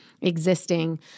existing